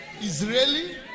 Israeli